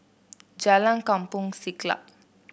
Jalan Kampong Siglap